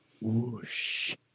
Whoosh